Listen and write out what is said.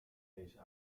deze